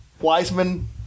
Wiseman